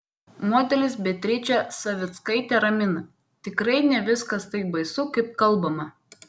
modelis beatričė savickaitė ramina tikrai ne viskas taip baisu kaip kalbama